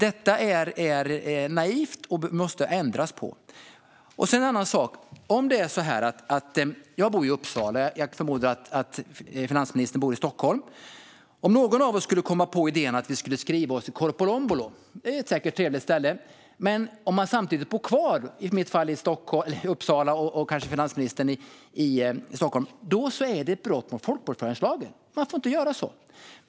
Detta är naivt, och det måste ändras. Sedan är det en annan sak. Jag bor i Uppsala, och jag förmodar att finansministern bor i Stockholm. Låt oss säga att någon av oss skulle komma på idén att skriva sig i Korpilombolo - det är säkert ett trevligt ställe. Om man samtidigt bor kvar - i mitt fall skulle det vara i Uppsala, och i finansministerns fall kanske det skulle vara i Stockholm - är det ett brott mot folkbokföringslagen. Man får inte göra så.